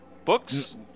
Books